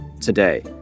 Today